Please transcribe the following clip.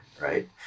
right